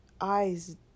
eyes